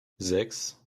sechs